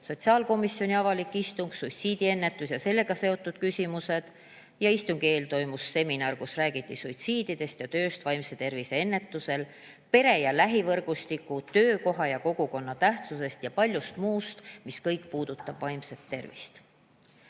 sotsiaalkomisjoni avalik istung teemal "Suitsiidiennetus ja sellega seotud küsimused". Enne istungit toimus seminar, kus räägiti suitsiididest ja tööst vaimse tervise [probleemide] ennetuseks, pere ja lähivõrgustiku, töökoha ja kogukonna tähtsusest ja paljust muust, mis kõik puudutab vaimset tervist.